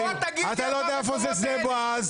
בוא תגיד לי איפה --- אתה לא יודע איפה זה שדה בועז.